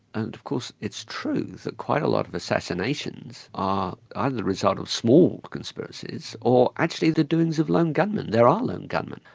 and of course it's true that quite a lot of assassinations ah are the result of small conspiracies, or actually the doings of lone gunmen. there are lone gunmen,